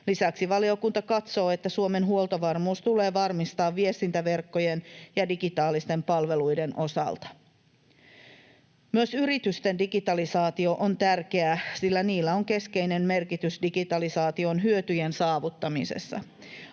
Lisäksi valiokunta katsoo, että Suomen huoltovarmuus tulee varmistaa viestintäverkkojen ja digitaalisten palveluiden osalta. Myös yritysten digitalisaatio on tärkeää, sillä niillä on keskeinen merkitys digitalisaation hyötyjen saavuttamisessa.